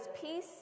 peace